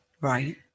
Right